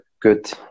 good